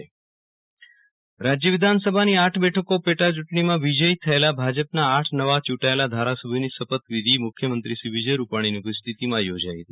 વિરલ રાણા શપથવિધિ રાજ્ય વિધાનસભાની આઠ બેઠકો પેટાચૂંટણીમાં વિજયી થયેલા ભાજપના આઠ નવા યૂંટાયેલા ધારાસભ્યોની શપથ વિઘિ મુખ્યમંત્રીશ્રી વિજય રૂપાણીની ઉપસ્થિતિમાં યોજાઇ હતી